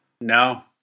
No